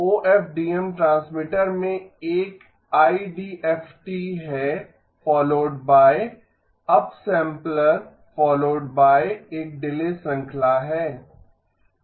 OFDM transmitter में एक IDFT है followed by upsampler followed by एक डिले श्रृंखला है